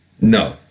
no